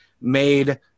made